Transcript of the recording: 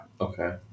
Okay